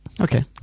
Okay